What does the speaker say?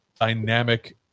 dynamic